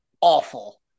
awful